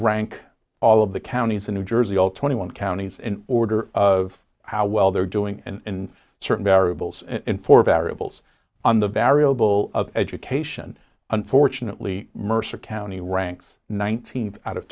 rank all of the counties in new jersey all twenty one counties in order of how well they're doing and certain variables and four variables on the variable of education unfortunately mercer county ranks nineteen out of